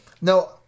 No